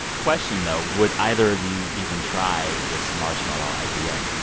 question, though would either of you even try this marshmallow ipa?